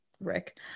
Rick